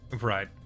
Right